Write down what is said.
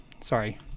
Sorry